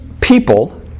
people